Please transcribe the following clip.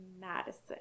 madison